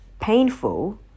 painful